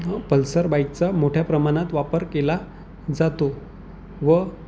Pulsar बाईकचा मोठ्या प्रमाणात वापर केला जातो व